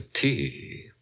tea